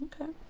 Okay